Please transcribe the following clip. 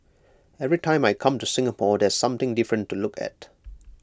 every time I come to Singapore there's something different to look at